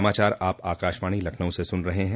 यह समाचार आप आकाशवाणी लखनऊ से सुन रहे हैं